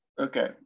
Okay